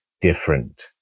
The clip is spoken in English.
different